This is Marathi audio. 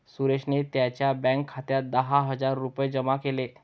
सुरेशने त्यांच्या बँक खात्यात दहा हजार रुपये जमा केले